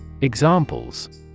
Examples